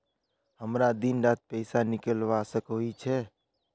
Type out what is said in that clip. हमरा दिन डात पैसा निकलवा सकोही छै?